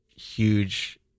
huge